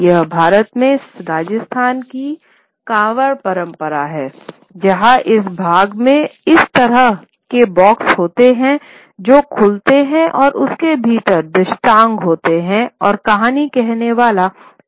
यह भारत में राजस्थान की कावड़ परंपरा है जहाँ इस भाग में इस तरह के बॉक्स होते हैं जो खुलता है और उसके भीतर दृष्टांत होते हैं और कहानी कहने वाला कहानी कहता है